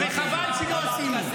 -- וחבל שלא עושים.